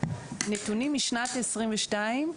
נתונים משנת 2022,